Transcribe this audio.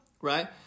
right